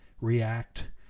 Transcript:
react